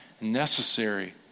necessary